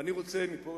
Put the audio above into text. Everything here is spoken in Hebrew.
ואני רוצה מפה,